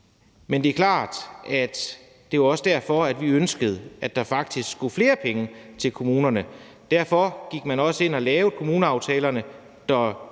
sammen i kommunerne. Det var også derfor, vi ønskede, at der faktisk skulle flere penge til kommunerne. Derfor gik man også ind og lavede kommuneaftalerne, der